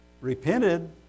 repented